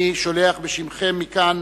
אני שולח בשמכם מכאן